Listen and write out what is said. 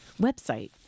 website